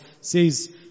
says